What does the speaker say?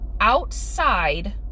outside